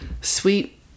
sweet